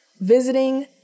visiting